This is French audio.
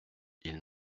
ils